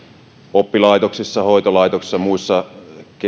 oppilaitoksissa hoitolaitoksissa ja muissa